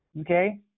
okay